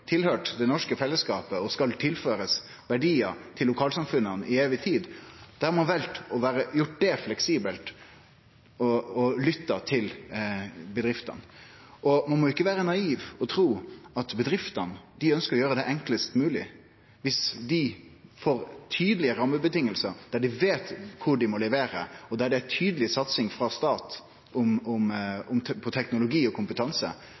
til den norske fellesskapen og skal tilføre verdiar til lokalsamfunna i evig tid – dei har valt å gjere det fleksibelt og lytta til bedriftene. Ein må ikkje vere naiv og tru at bedriftene ikkje ønskjer å gjere det enklast mogleg. Viss dei får tydelege rammevilkår, der dei veit kvar dei må levere, og der det er ei tydeleg satsing frå staten på teknologi og kompetanse,